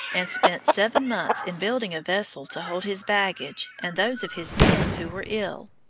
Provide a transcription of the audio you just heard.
and spent seven months in building a vessel to hold his baggage and those of his men who were ill.